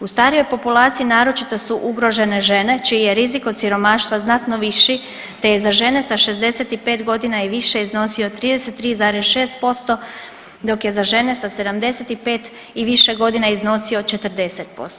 U starijoj populaciji naročito su ugrožene žene čiji je rizik od siromaštva znatno viši te je za žene sa 65 godina i više iznosio 33,6% dok je za žene sa 75 i više godina iznosio 40%